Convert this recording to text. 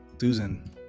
Susan